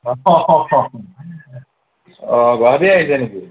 অ' গুৱাহাটী আহিছে নেকি